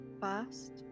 first